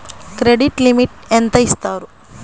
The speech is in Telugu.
క్రెడిట్ లిమిట్ ఎంత ఇస్తారు?